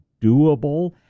doable